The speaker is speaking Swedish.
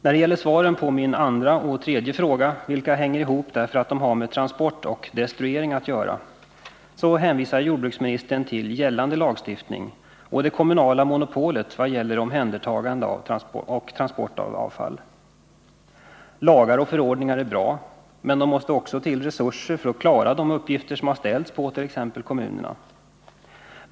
När det gäller svaren på min andra och tredje fråga — vilka hänger ihop eftersom de har med transport och destruering att göra — hänvisar jordbruksministern till gällande lagstiftning och det kommunala monopolet för omhändertagande och transport av avfall. Lagar och förordningar är bra, men det krävs också resurser för att fullgöra de uppgifter som ställs på t.ex. kommunerna.